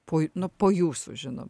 po nu po jūsų žinoma